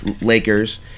Lakers